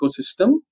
ecosystem